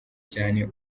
cyane